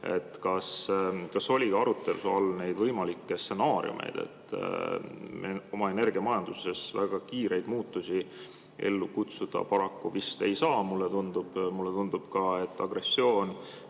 Kas oli arutluse all mingeid võimalikke stsenaariume? Me oma energiamajanduses väga kiireid muutusi ellu kutsuda paraku vist ei saa. Mulle tundub ka, et agressioon